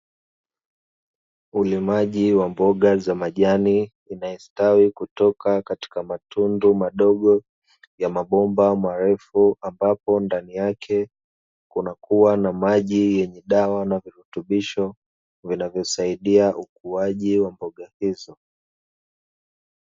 Ulimaji wa mboga za majani inayostawi kutoka katika matundu madogo ya mabomba marefu, ambapo ndani yake kunakua na maji yenye dawa na virutubisho, vinavyosaidia ukuaji wa mboga hizo.